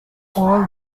all